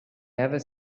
never